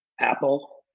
Apple